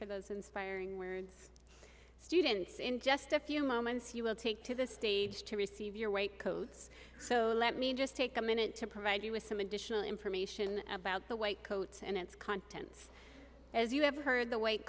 for those inspiring words students in just a few moments you will take to the stage to receive your weight codes so let me just take a minute to provide you with some additional information about the white coats and its contents as you have heard